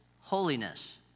holiness